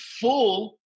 full